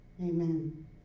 Amen